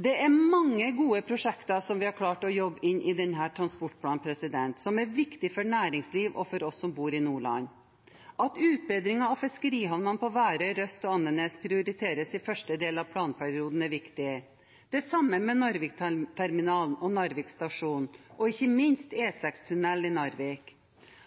Det er mange gode prosjekter vi har klart å jobbe inn i denne transportplanen, som er viktige for næringsliv og for oss som bor i Nordland. At utbedring av fiskerihavnene på Værøy, Røst og Andenes prioriteres i første del av planperioden, er viktig, det samme med Narvikterminalen og Narvik stasjon – og ikke minst E6-tunnel i Narvik.